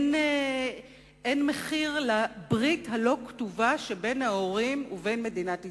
אין מחיר לברית הלא-כתובה שבין ההורים ובין מדינת ישראל.